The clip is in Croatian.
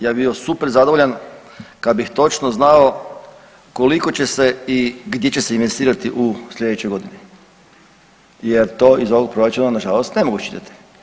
Ja bi bio super zadovoljan kad bih točno znao koliko će se i gdje će se investirati u slijedećoj godini jer to iz ovog proračuna nažalost ne mogu čitati.